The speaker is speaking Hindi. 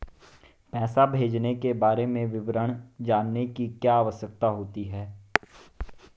पैसे भेजने के बारे में विवरण जानने की क्या आवश्यकता होती है?